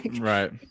Right